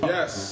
Yes